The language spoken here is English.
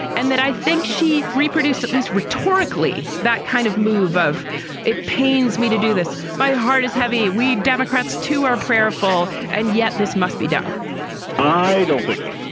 and that i think she reproduced, at least rhetorically, that kind of move of it pains me to do this. my heart is heavy. we democrats to our prayerful. and yet this must be done i don't think so.